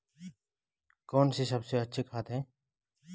कौन सी सबसे अच्छी खाद है?